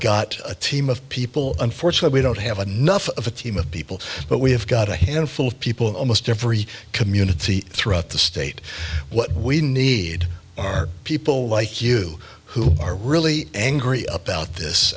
got a team of people unfortunate we don't have a nuff of a team of people but we have got a handful of people almost every community throughout the state what we need are people like you who are really angry about this